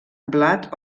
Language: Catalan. blat